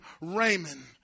Raymond